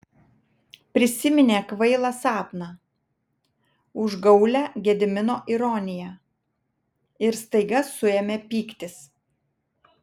prisiminė kvailą sapną užgaulią gedimino ironiją ir staiga suėmė pyktis